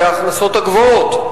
בעלי ההכנסות הגבוהות.